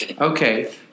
Okay